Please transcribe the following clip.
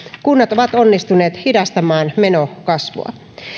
kunnat ovat onnistuneet hidastamaan menokasvua